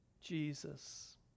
Jesus